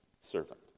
servant